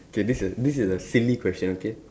okay this a this is a silly question okay